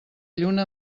lluna